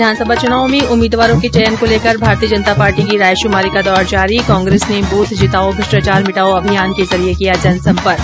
विधानसभा चुनाव में उम्मीदवारों के चयन को लेकर भारतीय जनता पार्टी की रायशुमारी का दौर जारी कांग्रेस ने बूथ जिताओ भ्रष्टाचार मिटाओ अभियान के जरिये किया जनसम्पर्क